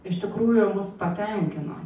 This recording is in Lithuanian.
iš tikrųjų jie mus patenkino